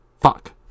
Fuck